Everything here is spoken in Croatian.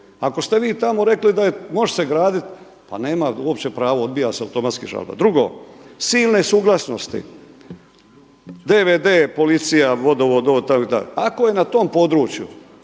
Ako ste vi tamo rekli može se graditi pa nema uopće pravo, odbija se automatski žalba. Drugo, silne suglasnosti, DVD, policija, vodovod, itd., ako je na tom području